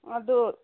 ꯑꯗꯣ